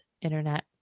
internet